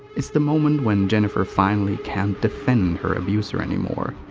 it's the moment when jennifer finally can't defend her abuser anymore.